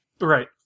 right